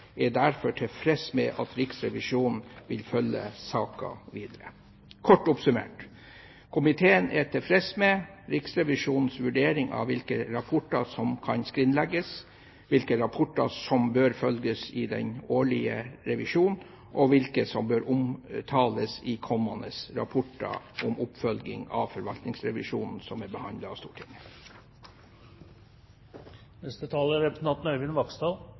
er derfor tilfreds med at Riksrevisjonen vil følge saken videre. Kort oppsummert: Komiteen er tilfreds med Riksrevisjonens vurdering av hvilke rapporter som kan skrinlegges, hvilke rapporter som bør følges i den årlige revisjonen, og hvilke som bør omtales i kommende rapporter om oppfølgingen av forvaltningsrevisjoner som er behandlet av Stortinget.